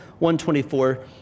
124